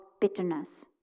bitterness